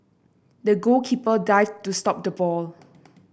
the goalkeeper dived to stop the ball